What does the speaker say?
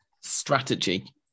strategy